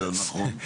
בלי קשר, נכון.